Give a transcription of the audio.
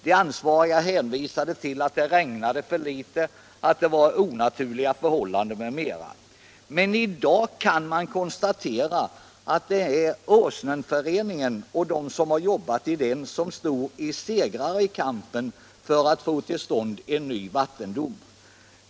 De ansvariga hänvisade till att det regnade för litet, att förhållandena var onaturliga, m.m. I dag kan man konstatera att det är Åsnenföreningen som står som segrare i kampen för att få en ny vattendom.